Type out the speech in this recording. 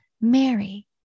Mary